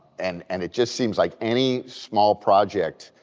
and and it just seems like any small project,